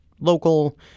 local